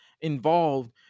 involved